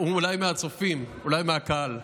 אולי מהצופים, אולי מהקהל: